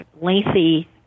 lengthy